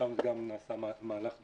ששם גם נעשה מהלך דומה.